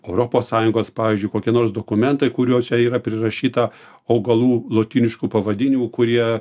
europos sąjungos pavyzdžiui kokie nors dokumentai kuriuose yra prirašyta augalų lotyniškų pavadinimų kurie